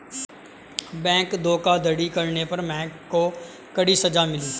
bank धोखाधड़ी करने पर महक को कड़ी सजा मिली